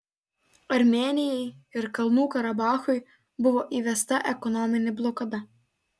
armėnijai ir kalnų karabachui buvo įvesta ekonominė blokada